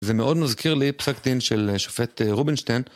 זה מאוד מזכיר לי פסק דין של שופט רובינשטיין.